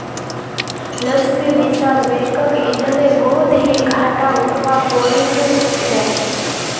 लक्ष्मी विलास बैंकक इधरे बहुत ही घाटा उठवा पो रील छे